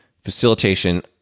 Facilitation